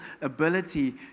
ability